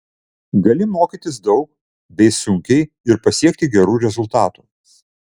gali mokytis daug bei sunkiai ir pasiekti gerų rezultatų